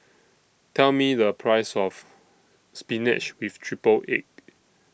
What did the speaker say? Tell Me The Price of Spinach with Triple Egg